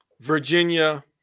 Virginia